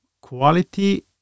quality